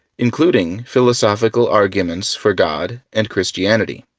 including philosophical arguments for god and christianity.